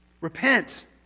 Repent